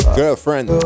girlfriend